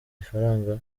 ifaranga